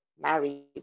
married